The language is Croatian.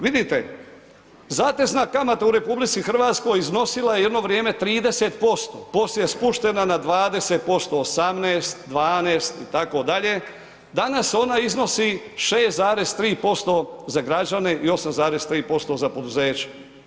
Vidite, zatezna kamata u RH iznosila je jedno vrijeme 30%, poslije je spuštena na 20%, 18, 12 itd., danas ona iznosi 6,3% za građane i 8,3% za poduzeća.